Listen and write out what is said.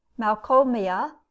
Malcolmia